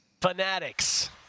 Fanatics